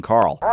Carl